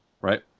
Right